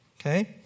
okay